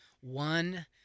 one